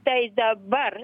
tai dabar